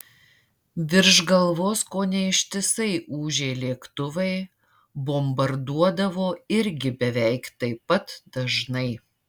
virš galvos kone ištisai ūžė lėktuvai bombarduodavo irgi beveik taip pat dažnai